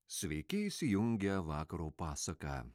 sveiki įsijungę vakaro pasaką